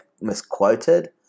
misquoted